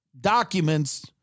documents